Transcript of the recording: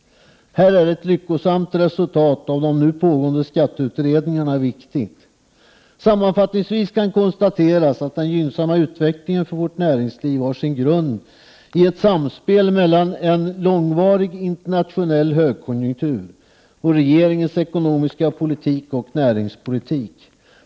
Här är ett lyckosamt resultat av de nu pågående skatteutredningarna viktigt. Sammanfattningsvis kan konstateras att den gynnsamma utvecklingen för vårt näringsliv har sin grund i ett samspel mellan en långvarig internationell högkonjunktur och regeringens ekonomiska politik och näringspolitik.